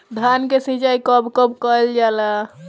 धान के सिचाई कब कब कएल जाला?